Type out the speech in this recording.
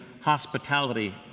hospitality